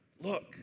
look